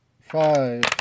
five